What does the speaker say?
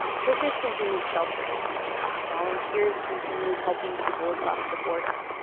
churches continued sheltering people, volunteers continued helping people across the border.